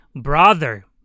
Brother